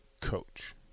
coach